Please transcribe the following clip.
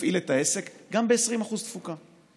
יפעיל את העסק גם ב-20% תפוקה.